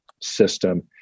system